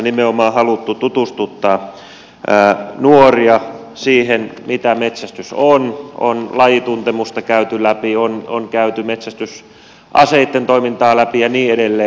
nimenomaan on haluttu tutustuttaa nuoria siihen mitä metsästys on on lajituntemusta käyty läpi on käyty metsästysaseitten toimintaa läpi ja niin edelleen